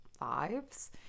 lives